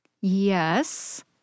Yes